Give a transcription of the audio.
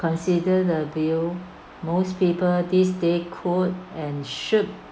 consider the bill most people this day could and should